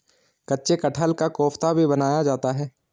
कच्चे कटहल का कोफ्ता भी बनाया जाता है